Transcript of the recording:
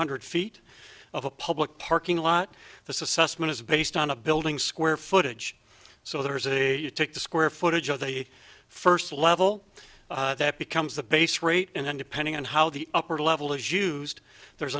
hundred feet of a public parking lot the sussman is based on a building square footage so there is a you take the square footage of the first level that becomes the base rate and then depending on how the upper level is used there's